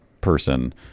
person